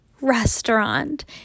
restaurant